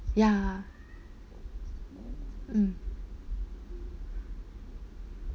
ya mm